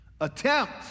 Attempt